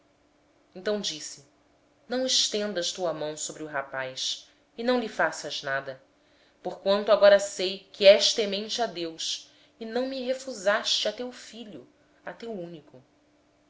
então disse o anjo não estendas a mão sobre o mancebo e não lhe faças nada porquanto agora sei que temes a deus visto que não me negaste teu filho o teu único